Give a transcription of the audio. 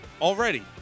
already